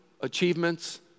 Achievements